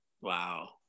Wow